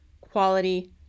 quality